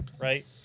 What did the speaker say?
Right